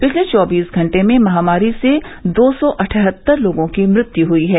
पिछले चौबीस घंटे में महामारी से दो सौ अठहत्तर लोगों की मृत्यु हयी है